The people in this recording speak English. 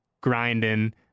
grinding